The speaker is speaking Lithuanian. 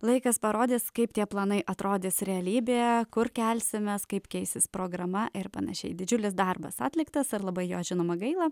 laikas parodys kaip tie planai atrodys realybėje kur kelsimės kaip keisis programa ir panašiai didžiulis darbas atliktas ir labai jo žinoma gaila